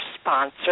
sponsor